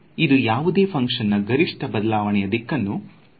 ಇದು ಯಾವುದೇ ಫ್ಹಂಕ್ಷನ್ ನಾ ಗರಿಷ್ಠ ಬಡಾವಣೆಯ ದಿಕ್ಕನ್ನು ಸೂಚಿಸುತ್ತದೆ